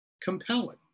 compelling